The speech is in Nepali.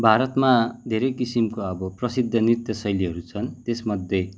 भारतमा धेरै किसिमको अब प्रसिद्ध नृत्य शैलीहरू छन् त्यसमध्ये